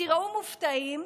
תיראו מופתעים,